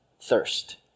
thirst